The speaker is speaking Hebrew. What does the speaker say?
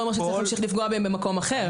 לא אומר שצריך להמשיך ולפגוע בהם במקום אחר.